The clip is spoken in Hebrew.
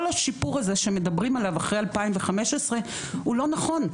כל השיפור הזה שמדברים עליו אחרי 2015 הוא לא נכון,